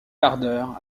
ardeur